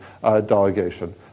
delegation